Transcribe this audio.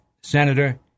senator